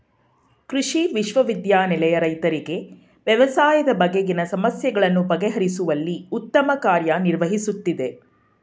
ಕೃಷಿ ವಿಶ್ವವಿದ್ಯಾನಿಲಯ ರೈತರಿಗೆ ವ್ಯವಸಾಯದ ಬಗೆಗಿನ ಸಮಸ್ಯೆಗಳನ್ನು ಬಗೆಹರಿಸುವಲ್ಲಿ ಉತ್ತಮ ಕಾರ್ಯ ನಿರ್ವಹಿಸುತ್ತಿದೆ